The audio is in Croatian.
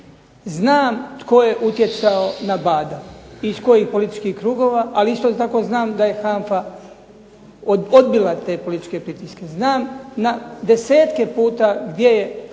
Znam tko je utjecao na Badel i iz kojih političkih krugova, ali isto tako znam da je HANFA odbila te političke pritiske. Znam na desetke puta gdje je